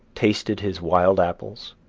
tasted his wild apples,